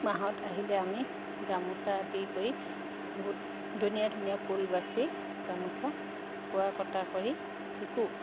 মাহত আহিলে আমি গামোচা আদি কৰি বহুত ধুনীয়া ধুনীয়া ফুল বাচি গামোচা বোৱা কটা কৰি বিকোঁ